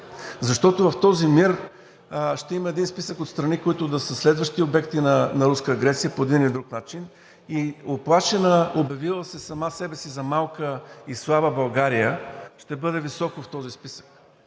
защото в този мир ще има един списък от страни, които да са следващи обекти на руска агресия по един или друг начин. Уплашена, обявила се сама себе си за малка и слаба, България ще бъде високо в този списък.